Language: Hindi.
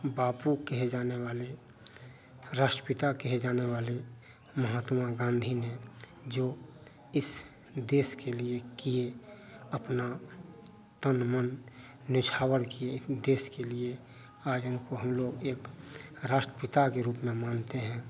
बापू कहे जाने वाले राष्ट्रपिता कहे जाने वाले महात्मा गाँधी ने जो इस देश के लिए किए अपना तन मन न्यौछावर किए देश के लिए आज इनको हम लोग एक राष्ट्रपिता के रूप में मानते हैं